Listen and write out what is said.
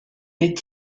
est